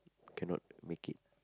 cannot make it